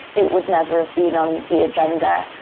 it would never have been on the agenda.